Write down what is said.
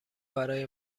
برای